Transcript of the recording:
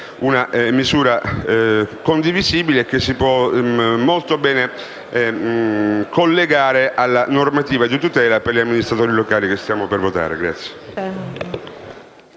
una misura condivisibile, che si può collegare molto bene alla normativa di tutela degli amministratori locali, che stiamo per votare.